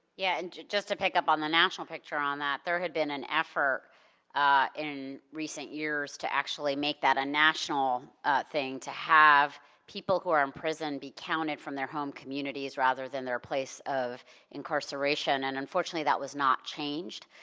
yeah, and just to pick up on the national picture on that, there had been an effort in recent years to actually make that a national thing, to have people who are in prison be counted from their home communities rather than their place of incarceration. and unfortunately, that was not changed.